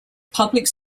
public